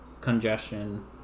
congestion